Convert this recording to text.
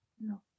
No